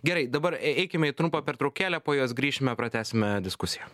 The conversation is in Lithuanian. gerai dabar e eikime į trumpą pertraukėlę po jos grįšime pratęsime diskusiją